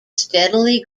steadily